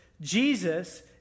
Jesus